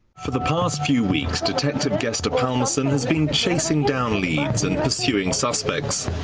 for the past few weeks, detective gestur palmason has been chasing down leads and pursuing suspects.